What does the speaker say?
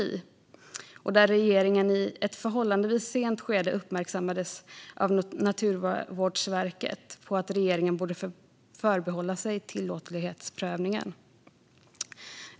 Där uppmärksammades regeringen i ett förhållandevis sent skede av Naturvårdsverket på att regeringen borde förbehålla sig tillåtlighetsprövningen.